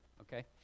okay